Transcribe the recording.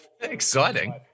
Exciting